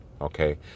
Okay